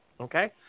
Okay